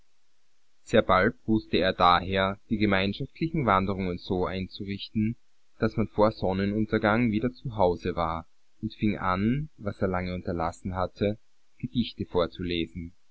sehr bald wußte er daher die gemeinschaftlichen wanderungen so einzurichten daß man vor sonnenuntergang wieder zu hause war und fing an was er lange unterlassen hatte gedichte vorzulesen